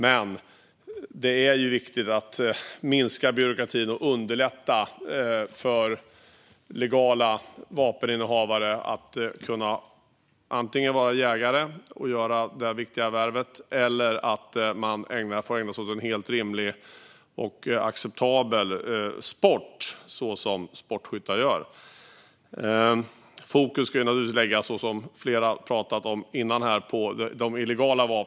Men det är viktigt att minska byråkratin och underlätta för legala vapeninnehavare att antingen vara jägare och göra det viktiga värvet eller att ägna sig åt en helt rimlig och acceptabel sport, som sportskyttar gör. Fokus ska, vilket flera har talat om tidigare, naturligtvis läggas på de illegala vapnen.